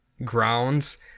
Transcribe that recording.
grounds